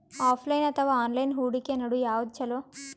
Offline ಅಥವಾ online ಹೂಡಿಕೆ ನಡು ಯವಾದ ಛೊಲೊ?